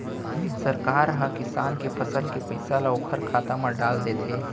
सरकार ह किसान के फसल के पइसा ल ओखर खाता म डाल देथे